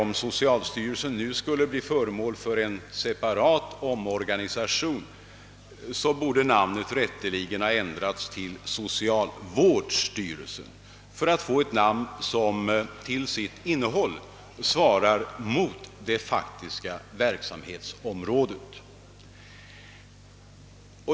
Om socialstyrelsen nu skulle bli föremål för en separat omorganisation, skulle jag vilja säga att namnet i så fall rätteligen skulle ändras till socialvårdsstyrelsen för att få ett namn som till sitt innehåll svarar mot det faktiska verksamhetsområdet.